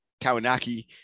Kawanaki